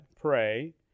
pray